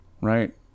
right